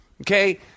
Okay